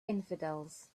infidels